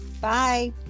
bye